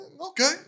Okay